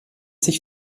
sich